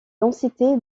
densité